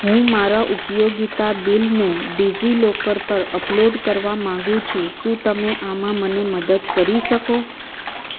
હું મારા ઉપયોગિતા બિલને ડિઝીલોકર પર અપલોડ કરવા માગું છું શું તમે આમાં મને મદદ કરી શકો